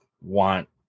want